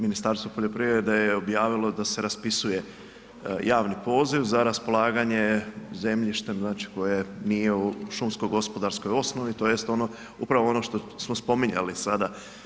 Ministarstvo poljoprivrede je objavilo da se raspisuje javni poziv za raspolaganje zemljištem znači koje nije u šumsko-gospodarskoj osnovi tj. ono upravo ono što smo spominjali sada.